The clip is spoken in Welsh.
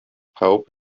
pawb